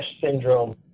syndrome